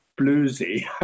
bluesy